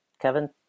Kevin